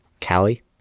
Callie